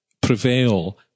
prevail